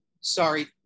Sorry